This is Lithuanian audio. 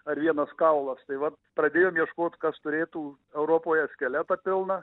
ar vienas kaulas tai vat pradėjom ieškot kas turėtų europoje skeletą pilną